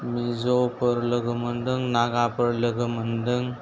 मिज'फोर लोगो मोन्दों नागाफोर लोगो मोन्दों